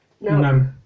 No